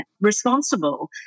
responsible